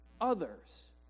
others